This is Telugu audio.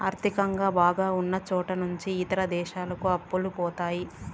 ఆర్థికంగా బాగా ఉన్నచోట నుంచి ఇతర దేశాలకు అప్పులు పోతాయి